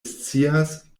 scias